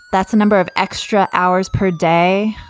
that's a number of extra hours per day.